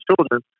children